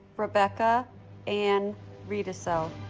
rebecca anne riedesel